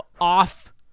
off